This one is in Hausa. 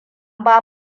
ba